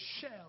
shell